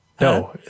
No